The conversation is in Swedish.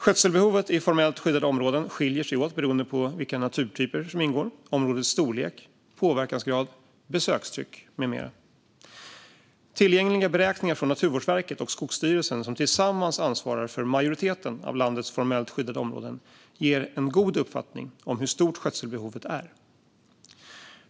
Skötselbehovet i formellt skyddade områden skiljer sig åt beroende på vilka naturtyper som ingår, områdets storlek, påverkansgrad, besökstryck med mera. Tillgängliga beräkningar från Naturvårdsverket och Skogsstyrelsen, som tillsammans ansvarar för majoriteten av landets formellt skyddade områden, ger en god uppfattning om hur stort skötselbehovet är.